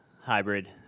hybrid